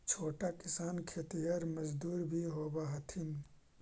छोटा किसान खेतिहर मजदूर भी होवऽ हथिन